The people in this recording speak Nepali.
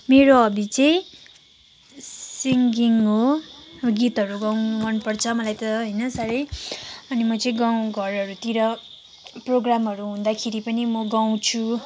मेरो हबी चाहिँ सिङगिङ हो गीतहरू गाउनु मनपर्छ मलाई त होइन साह्रै अनि म चाहिँ गाउँ घरहरूतिर प्रोगामहरू हुँदाखेरी पनि म गाउँछु